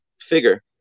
figure